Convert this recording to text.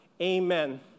amen